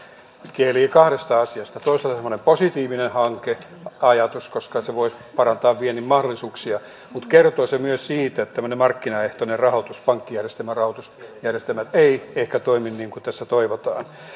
kielii kahdesta asiasta toisaalta se on semmoinen positiivinen ajatus koska se voisi parantaa viennin mahdollisuuksia mutta kertoo se myös siitä että tämmöinen markkinaehtoinen pankkijärjestelmän rahoitusjärjestelmä ei ehkä toimi niin kuin tässä toivotaan